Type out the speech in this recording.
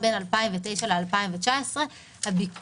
28% מאזרחי מדינת ישראל גרים